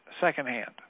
secondhand